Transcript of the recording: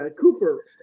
Cooper